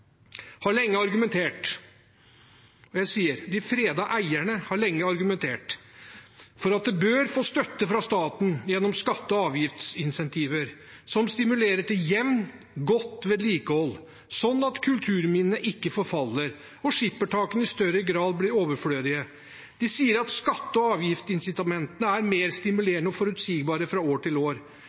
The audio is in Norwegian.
har lenge argumentert – for at de bør få støtte fra staten gjennom skatte- og avgiftsinsentiver som stimulerer til jevnt, godt vedlikehold, sånn at kulturminnene ikke forfaller og skippertakene i større grad blir overflødige. De sier at skatte- og avgiftsincitamentene er mer stimulerende og forutsigbare fra år til år.